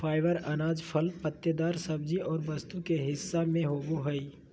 fibre अनाज, फल पत्तेदार सब्जी और वस्तु के हिस्सा में होबो हइ